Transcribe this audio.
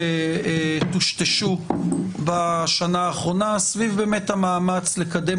טושטשו בשנה האחרונה סביב המאמץ לקדם